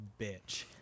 bitch